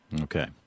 Okay